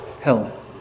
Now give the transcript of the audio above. Hell